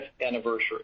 anniversary